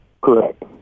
Correct